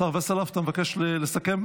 השר וסרלאוף, אתה מבקש לסכם?